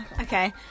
Okay